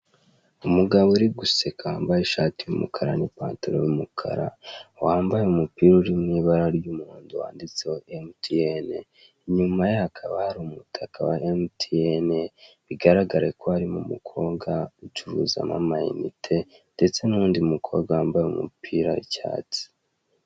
Umugabo uri guseka wambaye ishati y'umukara n'ipantalo y'umukara wambaye umupira uri mu ibara ry'umuhondo wanditseho emutiyeni, inyuma ye hakaba hari umtaka wa emutiyeni bigaragare ko harimo umukobwa ucuruzamo amayinite ndetse n'undi mukobwa wambaye umupira w'icyatsi.